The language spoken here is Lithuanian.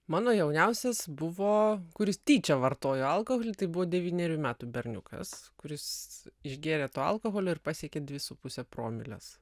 mano jauniausias buvo kuris tyčia vartojo alkoholį tai buvo devynerių metų berniukas kuris išgėrė to alkoholio ir pasiekė dvi su puse promiles